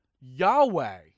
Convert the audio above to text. Yahweh